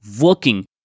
working